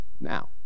now